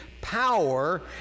Power